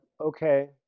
okay